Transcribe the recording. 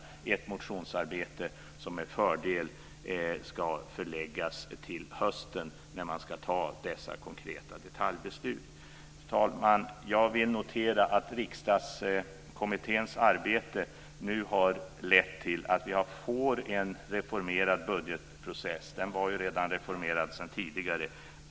Det motionsarbetet ska med fördel förläggas till hösten, då man ska fatta dessa konkreta detaljbeslut. Herr talman! Jag vill notera att Riksdagskommitténs arbete nu har lett till att vi får en reformerad budgetprocess. Den var ju reformerad sedan tidigare.